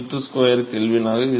6 Wm²•K ஆக இருக்கும்